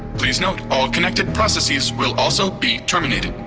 please note all connected processes will also be terminated.